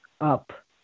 up